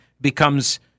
becomes